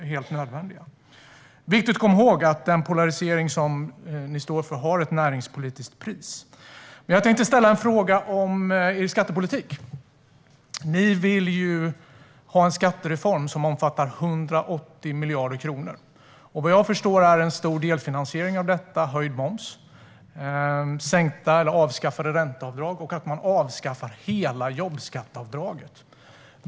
Det är viktigt att komma ihåg att den polarisering som ni står för, Oscar Sjöstedt, har ett näringspolitiskt pris. Nu tänkte jag ställa en fråga om er skattepolitik. Ni vill ju ha en skattereform som omfattar 180 miljarder kronor. Vad jag förstår är en stor delfinansiering av detta höjd moms, sänkta eller avskaffade ränteavdrag och avskaffande av hela jobbskatteavdraget.